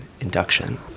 induction